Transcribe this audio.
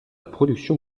production